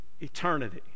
eternity